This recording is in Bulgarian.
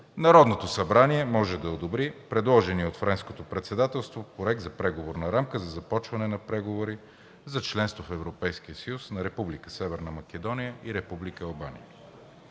Народното събрание може да одобри предложения от Френското председателство Проект за Преговорна рамка за започване на преговори за членство в Европейския съюз на Република